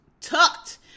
tucked